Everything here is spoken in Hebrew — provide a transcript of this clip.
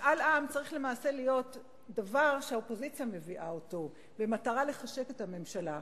משאל עם צריך למעשה להיות דבר שהאופוזיציה מביאה במטרה לחשק את הממשלה.